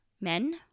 men